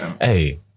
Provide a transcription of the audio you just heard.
Hey